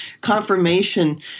Confirmation